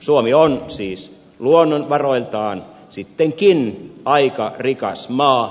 suomi on siis luonnonvaroiltaan sittenkin aika rikas maa